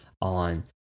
on